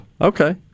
Okay